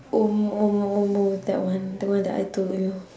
omo omo omo that one the one that I told you